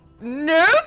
Nope